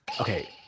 Okay